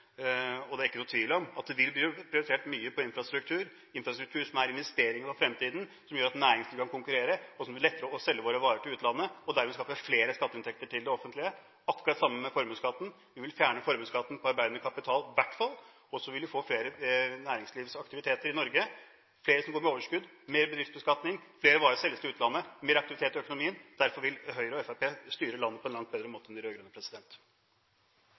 Det er ikke noen tvil om at infrastruktur vil bli prioritert. Infrastruktur er investering for fremtiden, som gjør at næringslivet kan konkurrere, og som gjør at det blir lettere å selge våre varer til utlandet og dermed skaffe flere skatteinntekter til det offentlige. Akkurat det samme gjelder formuesskatten. Vi vil i hvert fall fjerne formuesskatten på arbeidende kapital. Så vil vi få flere næringslivsaktiviteter i Norge. Flere vil gå med overskudd – mer bedriftsbeskatning. Flere varer ville selges til utlandet – mer aktivitet i økonomien. Derfor vil Høyre og Fremskrittspartiet styre landet på en langt bedre måte enn de